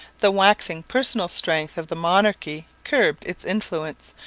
the waxing personal strength of the monarchy curbed its influence,